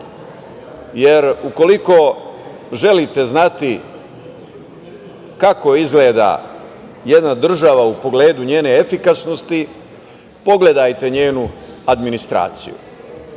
jer ukoliko želite znati kako izgleda jedna država u pogledu njene efikasnosti, pogledajte njenu administraciju.